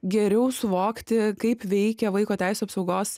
geriau suvokti kaip veikia vaiko teisių apsaugos